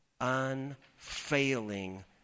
unfailing